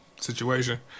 situation